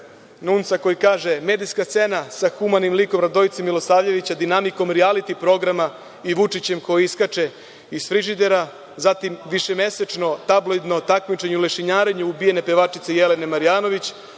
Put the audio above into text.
NUNS koji kaže – medijska scena sa humanim likom Radojice Milosavljevića dinamikom rijaliti programa i Vučićem koji iskače iz frižidera, zatim višemesečno tabloidno takmičenje u lešinarenju ubijene pevačice Jelene Marjanović,